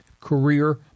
career